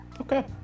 Okay